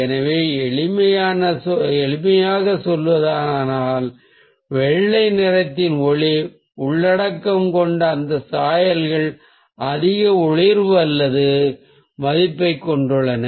எனவே எளிமையாகச் சொல்வதானால் வெள்ளை நிறத்தின் ஒளி உள்ளடக்கம் கொண்ட அந்த சாயல்கள் அதிக ஒளிர்வு அல்லது மதிப்பைக் கொண்டுள்ளன